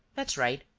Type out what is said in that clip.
that's right.